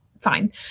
Fine